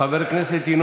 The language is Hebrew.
ומברכים "בונה